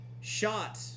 shot